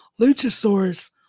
Luchasaurus